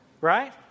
Right